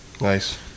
nice